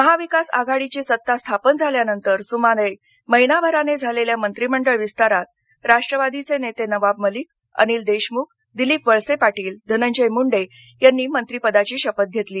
महाविकास आघाडीची सत्ता स्थापन झाल्यानंतर सुमारे महिनाभराने झालेल्या मंत्रीमंडळ विस्तारात राष्टवादीघे नेते नवाब मलिक अनिल देशमुख दिलीप वळसे पाटील धनंजय मुंडे यांनी मंत्रीपदाची शपथ घेतली